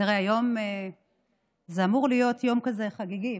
תראה, היום אמור להיות יום כזה חגיגי.